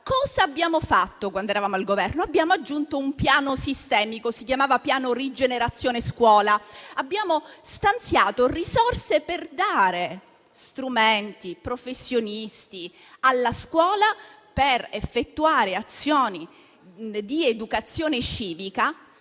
Cosa abbiamo fatto quando eravamo al Governo? Abbiamo aggiunto un piano sistemico: si chiamava piano RiGenerazione scuola. Abbiamo stanziato risorse per dare strumenti e professionisti alla scuola, per effettuare azioni di educazione civica,